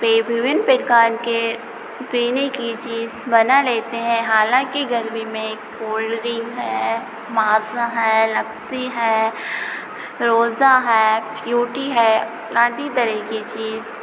पे विभिन्न प्रकार की पीने की चीज़ बना लेते हैं हालाँकि गर्मी में कोल्ड रिंग है माज़ा है लस्सी है रूह अफ़ज़ा है फ़्यूटी है आदि तरह की चीज़